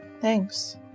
thanks